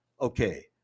Okay